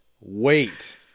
wait